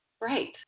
right